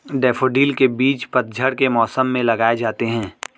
daffodil के बीज पतझड़ के मौसम में लगाए जाते हैं